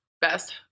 best